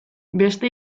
beste